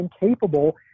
incapable